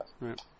Right